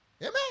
Amen